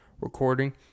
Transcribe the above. recording